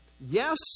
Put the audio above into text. yes